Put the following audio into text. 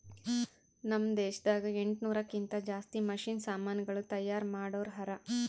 ನಾಮ್ ದೇಶದಾಗ ಎಂಟನೂರಕ್ಕಿಂತಾ ಜಾಸ್ತಿ ಮಷೀನ್ ಸಮಾನುಗಳು ತೈಯಾರ್ ಮಾಡೋರ್ ಹರಾ